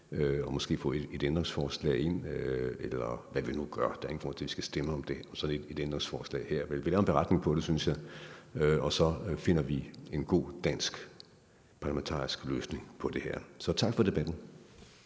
og måske få et ændringsforslag ind, eller hvad vi nu gør. Der er ingen grund til, at vi skal stemme om sådan et ændringsforslag her. Jeg synes, vi skal lave en beretning om det, og så finder vi en god dansk parlamentarisk løsning på det her. Så tak for debatten.